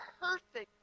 perfect